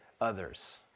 others